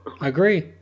Agree